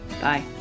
Bye